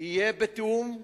תהיה בתיאום עם